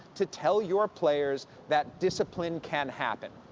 to tell your players that discipline can happen.